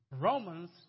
Romans